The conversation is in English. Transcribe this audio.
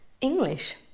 English